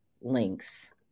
links